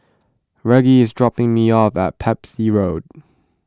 Reggie is dropping me off at Pepys Road